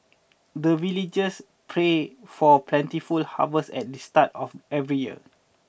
the villagers pray for plentiful harvest at the start of every year